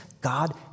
God